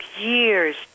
years